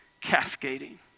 cascading